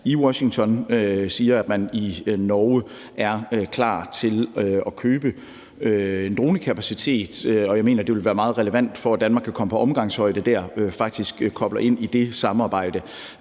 i Washington sagde, at man i Norge er klar til at købe en dronekapacitet. Og jeg mener, at det vil være meget relevant, at man, for at Danmark kan komme på omgangshøjde der, faktisk kobler ind i det samarbejde.